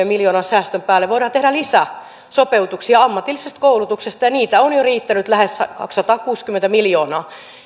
miljoonan säästön päälle voidaan tehdä lisäsopeutuksia ammatillisesta koulutuksesta ja säästöjä on jo riittänyt lähes kaksisataakuusikymmentä miljoonaa